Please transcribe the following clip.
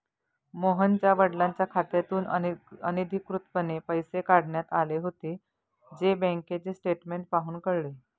मोहनच्या वडिलांच्या खात्यातून अनधिकृतपणे पैसे काढण्यात आले होते, जे बँकेचे स्टेटमेंट पाहून कळले